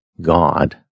god